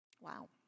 Wow